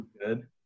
Good